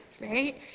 right